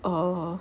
err